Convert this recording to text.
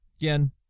again